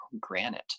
granite